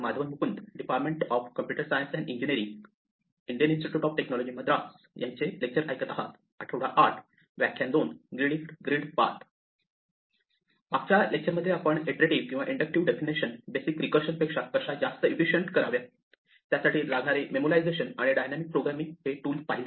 मागच्या लेक्चर मध्ये आपण इटरेटिव्ह किंवा इंडक्टिव्ह डेफिनेशन बेसिक रीकर्षण पेक्षा कशा जास्त इफिसिएंट कराव्या त्यासाठी लागणारे मेमोलायझेशन आणि डायनॅमिक प्रोग्रामिंग हे टूल पाहिले